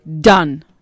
Done